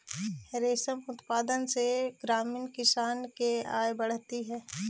रेशम उत्पादन से ग्रामीण किसान के आय बढ़ित हइ